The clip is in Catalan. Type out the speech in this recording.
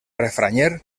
refranyer